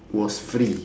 was free